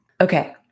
Okay